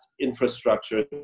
infrastructure